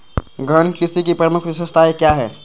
गहन कृषि की प्रमुख विशेषताएं क्या है?